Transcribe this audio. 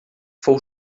fou